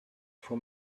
for